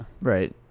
right